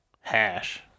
hash